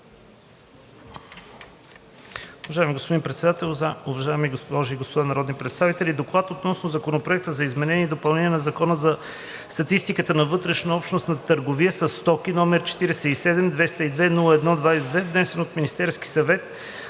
Уважаеми господин Председател, уважаеми госпожи и господа народни представители! „ДОКЛАД относно Законопроект за изменение и допълнение на Закона за статистика на вътрешнообщностната търговия със стоки, № 47-202-01-22, внесен от Министерския съвет